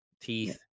teeth